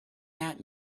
that